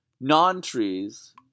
non-trees